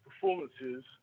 performances